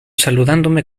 saludándome